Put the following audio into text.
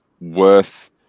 worth